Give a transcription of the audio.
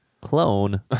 clone